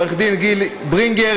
עורך-דין גיל ברינגר,